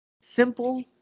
simple